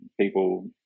people